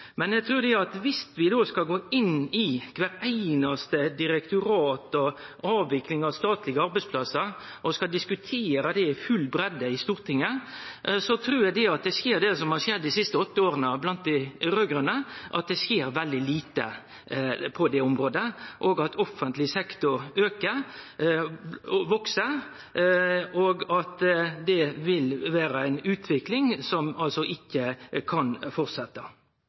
Men det er sjølvsagt heilt riktig at Stortinget skal kunne gi overordna retningsliner, også i slike debattar som dette, når det gjeld å avbyråkratisere og forenkle. Det gjer ein med både lovverket og statsbudsjettet osv. Eg trur at viss vi skal gå inn i kvart einaste direktorat og avvikling av statlege arbeidsplassar og diskutere det i full breidde i Stortinget, skjer det som har skjedd dei siste åtte åra blant dei raud-grøne, nemleg at det skjer veldig lite på det området, at offentleg